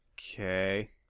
Okay